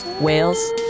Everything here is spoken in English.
Whales